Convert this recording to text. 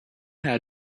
how